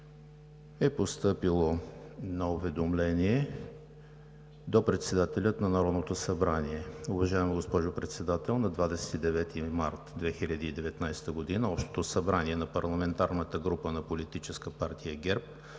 е постъпило уведомление до председателя на Народното събрание: „Уважаема госпожо Председател, на 29 март 2019 г. Общото събрание на парламентарната група на Политическа партия ГЕРБ